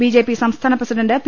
BJP സംസ്ഥാന president P